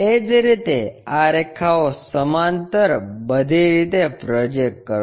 એ જ રીતે આ રેખાઓ સમાંતર બધી રીતે પ્રોજેક્ટ કરો